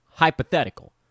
hypothetical